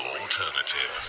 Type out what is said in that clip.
alternative